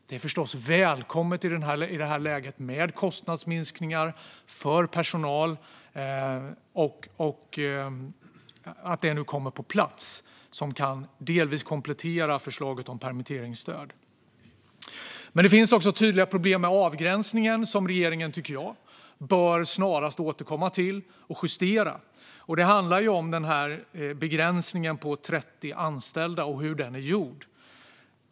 Det är förstås i detta läge välkommet med kostnadsminskningar för personal och att åtgärder kommer på plats som delvis kan komplettera förslaget om permitteringsstöd. Men det finns också tydliga problem med avgränsningen, som jag tycker att regeringen snarast bör återkomma till och justera. Det handlar om begränsningen på 30 anställda och hur den är gjord.